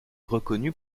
reconnu